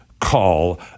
call